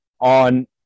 on